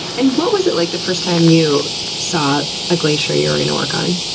and what was it like the first time you saw a glacier you were going to work on?